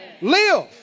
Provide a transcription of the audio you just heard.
live